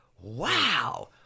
wow